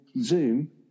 Zoom